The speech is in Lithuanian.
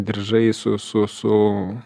diržai su su su